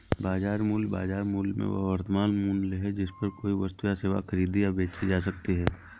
बाजार मूल्य, बाजार मूल्य में वह वर्तमान मूल्य है जिस पर कोई वस्तु या सेवा खरीदी या बेची जा सकती है